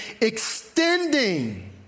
extending